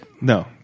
No